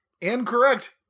Incorrect